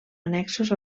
annexos